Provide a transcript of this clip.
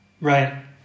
Right